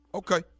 Okay